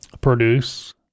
produce